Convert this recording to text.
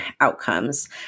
outcomes